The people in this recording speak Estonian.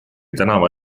tänava